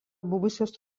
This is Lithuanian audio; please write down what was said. buvusios